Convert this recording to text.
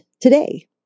today